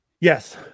yes